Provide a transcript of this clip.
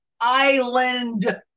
island